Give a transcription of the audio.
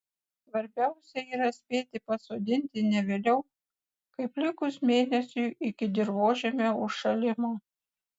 svarbiausia yra spėti pasodinti ne vėliau kaip likus mėnesiui iki dirvožemio užšalimo